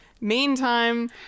meantime